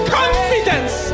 confidence